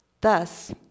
Thus